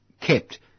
kept